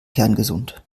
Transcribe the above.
kerngesund